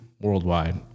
worldwide